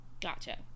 Gotcha